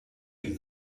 you